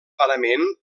parament